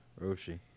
Roshi